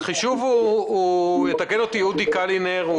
יתקן אותי אודי קלינר,